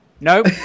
nope